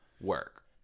Work